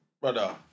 brother